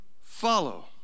follow